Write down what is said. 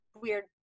weird